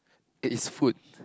it is food